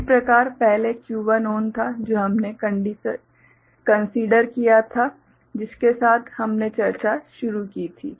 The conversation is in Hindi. इस प्रकार पहले Q1 ON था जो हमने कन्सिडर किया था जिसके साथ हमने चर्चा शुरू की थी